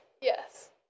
Yes